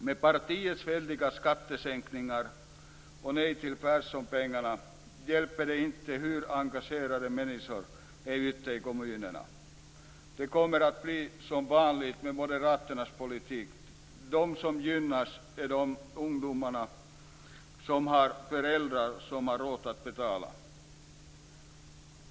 Med partiets väldiga skattesänkningar och nej till Perssonpengarna hjälper det inte hur engagerade människor är ute i kommunerna. Det kommer att bli som vanligt med moderaternas politik: De som gynnas är de ungdomar som har föräldrar som har råd att betala.